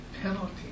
penalty